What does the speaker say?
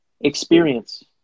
experience